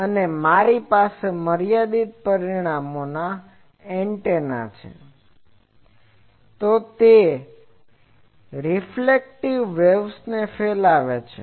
પરંતુ જો મારી પાસે મર્યાદિત પરિમાણો એન્ટેના છે તો તે સ્ફેરીકલ વેવ્સને ફેલાવે છે